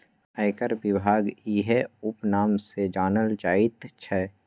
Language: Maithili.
आयकर विभाग इएह उपनाम सँ जानल जाइत छै